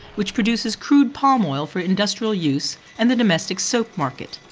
which produces crude palm oil for industrial use and the domestic soap market.